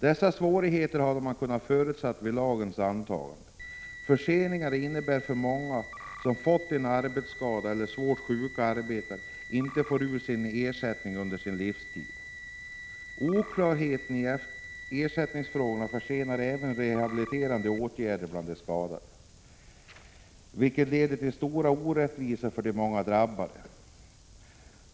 Dessa svårigheter kunde man ha förutsett vid lagens antagande. Förseningarna innebär att många som fått en arbetsskada eller svårt sjuka arbetare inte får ut ersättning under sin livstid. Oklarhet i ersättningsfrågor försenar även rehabiliterande åtgärder för de skadade, vilket leder till stora orättvisor för de många drabbade.